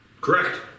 Correct